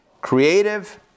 Creative